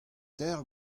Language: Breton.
teir